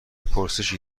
پرسشی